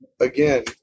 again